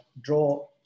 Draw